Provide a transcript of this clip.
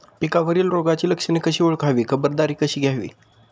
पिकावरील रोगाची लक्षणे कशी ओळखावी, खबरदारी कशी घ्यावी?